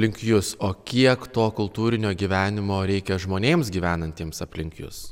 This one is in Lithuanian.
link jus o kiek to kultūrinio gyvenimo reikia žmonėms gyvenantiems aplink jus